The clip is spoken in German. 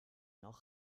noch